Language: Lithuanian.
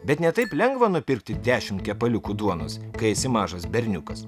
bet ne taip lengva nupirkti dešimt kepaliukų duonos kai esi mažas berniukas